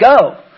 go